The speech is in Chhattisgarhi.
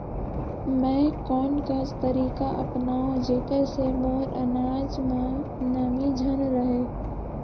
मैं कोन कस तरीका अपनाओं जेकर से मोर अनाज म नमी झन रहे?